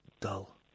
dull